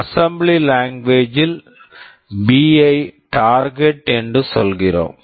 assembly language assembly language ல் B B ஐ target target என்று சொல்கிறோம்